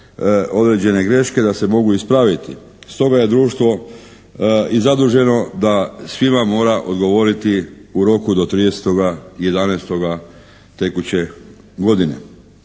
određene greške da se mogu ispraviti. Stoga je društvo i zaduženo da svima mora odgovoriti u roku do 30.11. tekuće godine.